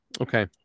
Okay